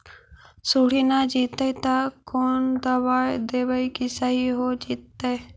सुंडी लग जितै त कोन दबाइ देबै कि सही हो जितै?